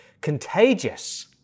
contagious